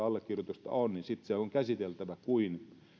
allekirjoitusta on niin sitten se on käsiteltävä myöskin eduskunnassa kuin